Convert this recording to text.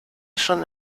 schon